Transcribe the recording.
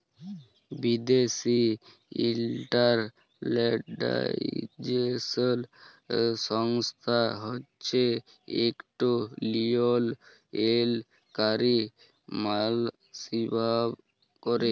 বিদ্যাসি ইস্ট্যাল্ডার্ডাইজেশল সংস্থা হছে ইকট লিয়লত্রলকারি মাল হিঁসাব ক্যরে